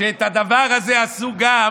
שאת הדבר הזה עשו גם